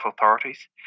authorities